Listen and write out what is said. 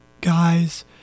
guys